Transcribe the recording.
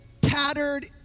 tattered